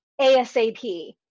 ASAP